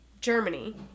Germany